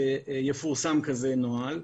שיפורסם כזה נוהל.